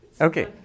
Okay